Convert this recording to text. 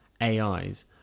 AIs